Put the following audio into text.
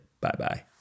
bye-bye